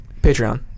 Patreon